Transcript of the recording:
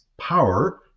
power